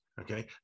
okay